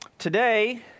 Today